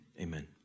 amen